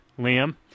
Liam